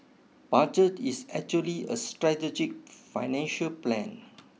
budget is actually a strategic financial plan